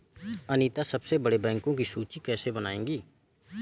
अनीता सबसे बड़े बैंकों की सूची कैसे बनायेगी?